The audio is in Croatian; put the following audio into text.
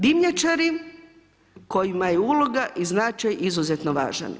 Dimnjačari kojima je uloga i značaj izuzetno važan.